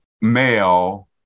male